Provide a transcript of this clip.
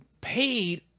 paid